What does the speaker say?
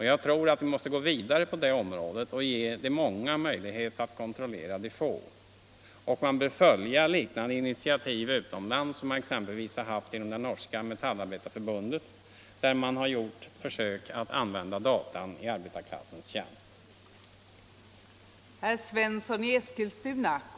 Jag tror att vi måste gå vidare på det området och ge de många möjlighet att kontrollera de få. Det finns liknande initiativ utomlands; exempelvis har man i det norska metallarbetarförbundet gjort försök att använda data i arbetarklassens tjänst. Det bör vi följa upp.